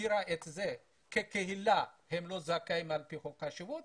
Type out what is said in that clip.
הגדירה את זה שכקהילה הם לא זכאים על פי חוק השבות,